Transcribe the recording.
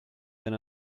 then